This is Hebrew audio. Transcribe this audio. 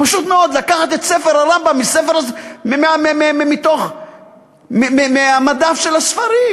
פשוט מאוד לקחת את ספר הרמב"ם מהמדף של הספרים,